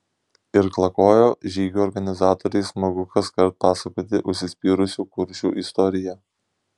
irklakojo žygių organizatoriui smagu kaskart pasakoti užsispyrusių kuršių istoriją